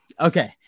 Okay